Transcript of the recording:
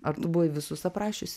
ar tu buvai visus aprašius